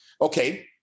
Okay